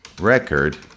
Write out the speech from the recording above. record